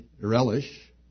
relish